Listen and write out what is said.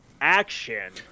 Action